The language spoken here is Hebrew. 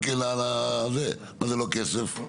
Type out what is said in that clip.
מה זה לא כסף?